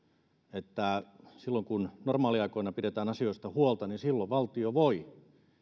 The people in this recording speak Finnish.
että silloin kun normaaliaikoina pidetään asioista huolta niin silloin valtio voi